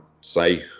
say